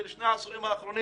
של שני העשורים האחרונים